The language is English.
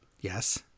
Yes